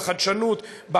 בחדשנות,